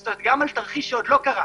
כלומר גם על תרחיש שעוד לא קרה.